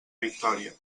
victòria